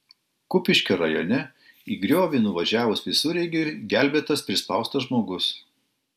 kupiškio rajone į griovį nuvažiavus visureigiui gelbėtas prispaustas žmogus